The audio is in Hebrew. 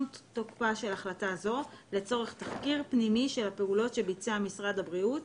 תוקפה של החלטה זו לצורך תחקיר פנימי של הפעולות שביצע משרד הבריאות,